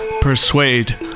persuade